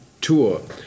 tour